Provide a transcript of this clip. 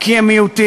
כי הם מיעוטים.